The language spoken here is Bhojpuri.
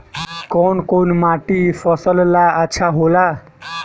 कौन कौनमाटी फसल ला अच्छा होला?